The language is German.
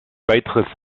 weiteres